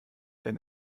denn